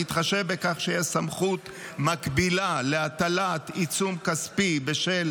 בהתחשב בכך שיש סמכות מקבילה להטלת עיצום כספי בשל